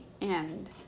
end